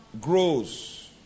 grows